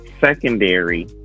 secondary